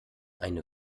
eine